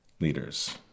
leaders